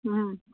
অঁ